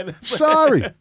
Sorry